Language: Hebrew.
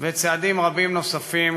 וצעדים רבים נוספים,